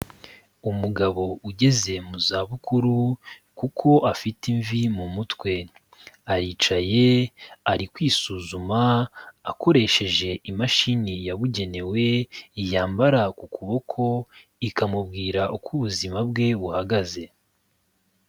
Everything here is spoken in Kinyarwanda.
Umugabo ugeze mu zabukuru kuko afite imvi mu mutwe, aricaye ari kwisuzuma akoresheje imashini yabugenewe yambara ku kuboko ikamubwira uko ubuzima bwe buhagaze.